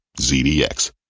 ZDX